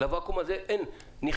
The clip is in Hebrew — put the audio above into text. לוואקום הזה נכנסים